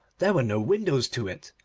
there were no windows to it,